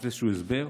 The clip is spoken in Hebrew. לתת איזשהו הסבר,